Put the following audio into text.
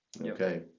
Okay